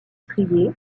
strié